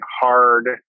hard